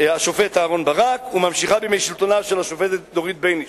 השופט אהרן ברק וממשיכה בימי שלטונה של השופטת דורית בייניש.